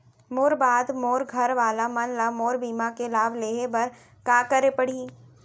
मोर बाद मोर घर वाला मन ला मोर बीमा के लाभ लेहे बर का करे पड़ही?